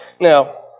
Now